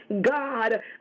God